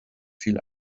viel